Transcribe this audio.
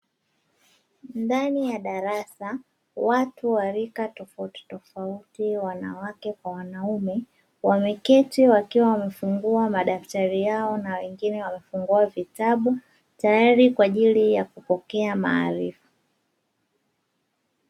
Ndani ya darasa watu wa rika tofauti tofauti wanawake kwa wanaume wameketi wakiwa wamefungua madaftari yao, na wengine wamefungua vitabu, tayari kwa ajili ya kupokea maarifa.